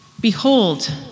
Behold